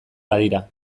badira